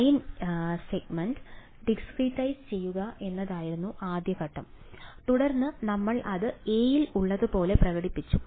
line segment discretise ചെയ്യുക എന്നതായിരുന്നു ആദ്യ ഘട്ടം തുടർന്ന് നമ്മൾ അത് a ൽ ഉള്ളതുപോലെ പ്രകടിപ്പിക്കുന്നു